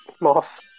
Moss